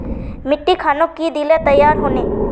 मिट्टी खानोक की दिले तैयार होने?